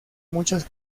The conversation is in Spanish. muchas